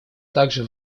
также